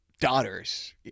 daughters